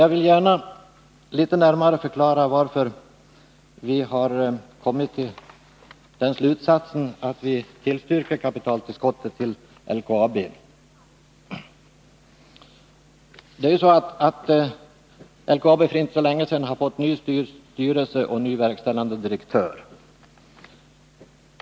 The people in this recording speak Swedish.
Jag vill gärna litet närmare förklara varför vi har kommit till den slutsatsen att vi tillstyrker kapitaltillskottet till LKAB. LKAB fick för inte så länge sedan ny styrelse och ny verkställande direktör.